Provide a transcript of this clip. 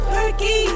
Perky